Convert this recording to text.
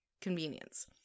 convenience